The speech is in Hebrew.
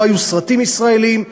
לא היו סרטים ישראליים.